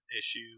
issue